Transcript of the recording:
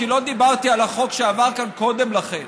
כי לא דיברתי על החוק שעבר כאן קודם לכן.